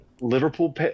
Liverpool